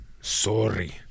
sorry